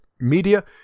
media